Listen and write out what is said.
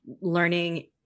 learning